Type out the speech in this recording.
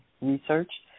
research